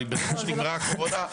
אבל מרגע שנגמרה הקורונה,